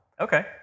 Okay